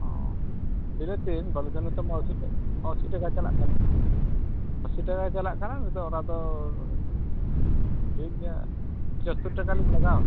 ᱦᱮᱸ ᱵᱤᱞᱟᱹᱛᱤ ᱵᱟᱨ ᱪᱟᱸᱫᱳ ᱛᱮ ᱟᱹᱥᱤ ᱴᱟᱠᱟ ᱪᱟᱞᱟᱜ ᱠᱟᱱᱟ ᱟᱹᱥᱤ ᱴᱟᱠᱟ ᱪᱟᱞᱟᱜ ᱠᱟᱱᱟ ᱱᱤᱛᱚᱜ ᱚᱱᱟᱫᱚ ᱴᱷᱤᱠ ᱜᱮᱭᱟ ᱥᱚᱛᱛᱳᱨ ᱴᱟᱠᱟᱞᱤᱧ ᱞᱟᱜᱟᱣᱟ